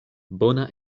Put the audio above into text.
bona